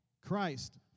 Christ